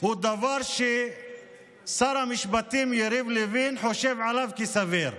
הוא דבר ששר המשפטים יריב לוין חושב עליו כסביר,